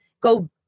go